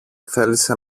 θέλησε